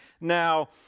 Now